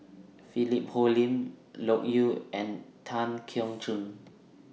Philip Hoalim Loke Yew and Tan Keong Choon